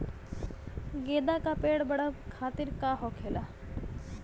गेंदा का पेड़ बढ़अब खातिर का होखेला?